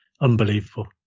unbelievable